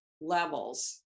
levels